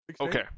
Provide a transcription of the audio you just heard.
Okay